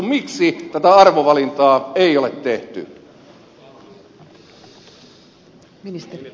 miksi tätä arvovalintaa ei ole tehty